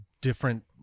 different